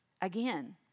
again